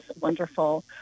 wonderful